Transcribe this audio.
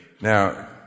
Now